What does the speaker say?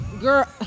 Girl